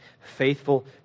faithful